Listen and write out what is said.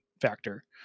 factor